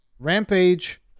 Rampage